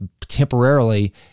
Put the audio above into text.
temporarily